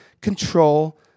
control